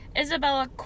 Isabella